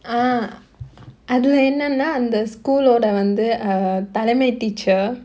uh அதுல என்னன்னா அந்த:athula ennannaa vandhu andha school ஓட வந்து:oda vandhu err தலைமை:thalaimai teacher